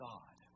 God